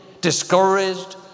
discouraged